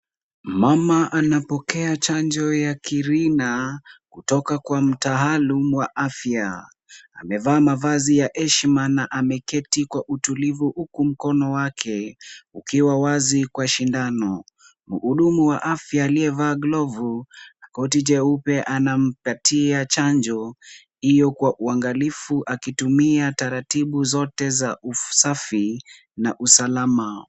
Mama amepokea chanjo ya kirina kutoka kwa mtaalam wa afya. Amevaa mavazi ya heshima na ameketi kwa utulivu huku mkono wake ukiwa wazi kwa shindano. Mhudumu wa afya aliyevaa glovu na koti jeupe anampatia chanjo hio kwa uangalifu akitumia taratibu zote za usafi na usalama.